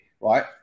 right